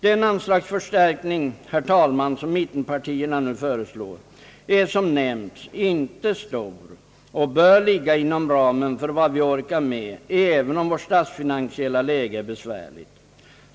Den anslagsförstärkning, herr talman, som mittenpartierna nu föreslår är som nämnts inte stor och bör ligga inom ramen för vad vi orkar med även om vårt statsfinansiella läge är besvärligt.